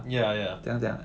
ya ya